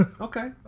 Okay